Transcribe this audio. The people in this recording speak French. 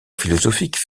philosophiques